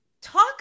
talk